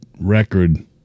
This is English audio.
record